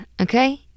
okay